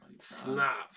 Snap